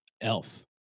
Elf